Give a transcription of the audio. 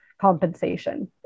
compensation